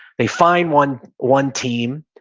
they find one one team,